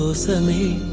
so suddenly